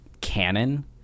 canon